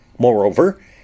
Moreover